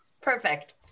Perfect